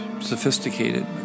sophisticated